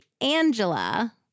Angela